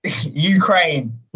Ukraine